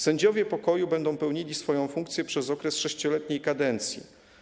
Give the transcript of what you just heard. Sędziowie pokoju będą pełnili swoją funkcję przez okres 6-letniej kadencji.